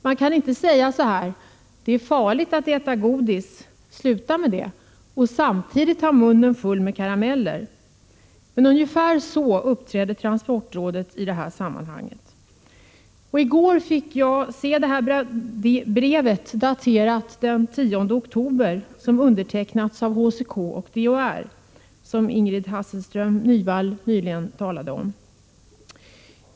Man kan inte säga: ”Det är farligt att äta godis, sluta med det”, och samtidigt ha munnen full med karameller. Men ungefär så uppträder transportrådet i det här sammanhanget. I går fick jag se det brev daterat den 10 oktober och undertecknat av HCK och DHR, som Ingrid Hasselström Nyvall nyss talade om.